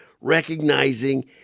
recognizing